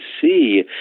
see